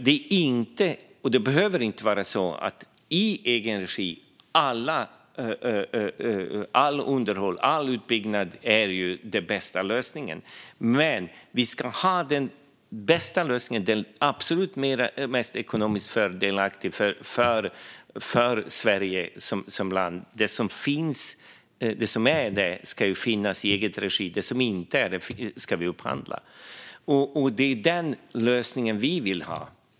Men detta behöver inte betyda att den bästa lösningen är att ta över allt underhåll och alla byggnader i egen regi. Vi ska ha den lösning som är absolut mest ekonomiskt fördelaktig för Sverige som land. Om det är mest fördelaktigt att ha saker i egen regi ska de vara i egen regi, men när det inte är mest fördelaktigt att ha dem i egen regi ska vi upphandla. Det är den lösning vi vill ha.